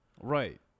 Right